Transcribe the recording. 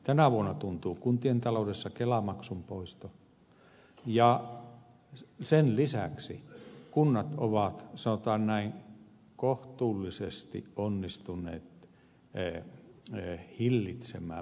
tänä vuonna tuntuu kuntien taloudessa kelamaksun poisto ja sen lisäksi kunnat ovat sanotaan näin kohtuullisesti onnistuneet hillitsemään menokasvua